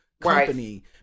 company